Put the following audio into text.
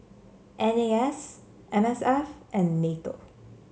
N A S M S F and NATO